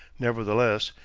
nevertheless,